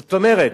זאת אומרת,